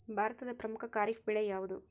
ಭಾರತದ ಪ್ರಮುಖ ಖಾರೇಫ್ ಬೆಳೆ ಯಾವುದು?